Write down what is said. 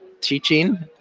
teaching